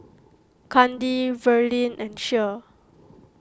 Kandi Verlin and Cher